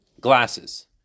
glasses